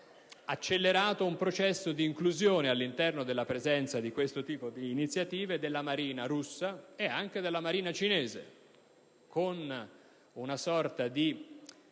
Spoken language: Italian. accelerato un processo di inclusione, all'interno di questo tipo di iniziative, della Marina russa e anche della Marina cinese, con una sorta di